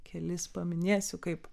kelis paminėsiu kaip